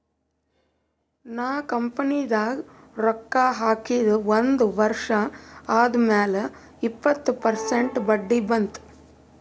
ನಾ ಕಂಪನಿದಾಗ್ ರೊಕ್ಕಾ ಹಾಕಿದ ಒಂದ್ ವರ್ಷ ಆದ್ಮ್ಯಾಲ ಇಪ್ಪತ್ತ ಪರ್ಸೆಂಟ್ ಬಡ್ಡಿ ಬಂತ್